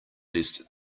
least